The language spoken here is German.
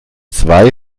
zwei